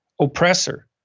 oppressor